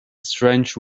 strange